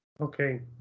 Okay